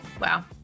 Wow